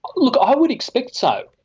look, i would expect so.